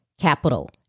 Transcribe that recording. capital